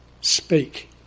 speak